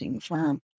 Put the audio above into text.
firm